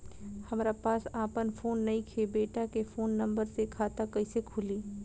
हमरा पास आपन फोन नईखे बेटा के फोन नंबर से खाता कइसे खुली?